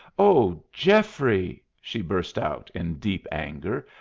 oh, geoffrey! she burst out in deep anger,